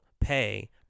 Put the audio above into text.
pay